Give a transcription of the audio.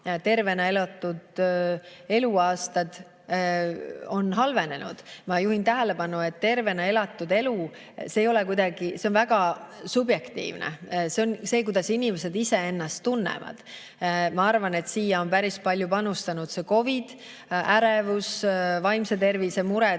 tervena elatud eluaastate [näitaja] on halvenenud? Ma juhin tähelepanu, et tervena elatud elu on väga subjektiivne. See on see, kuidas inimesed ise ennast tunnevad. Ma arvan, et sellesse on päris palju panustanud COVID ning ärevus ja vaimse tervise mured,